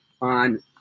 on